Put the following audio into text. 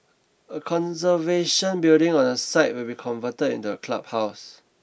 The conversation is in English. a conservation building on the site will be converted into a clubhouse